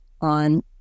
on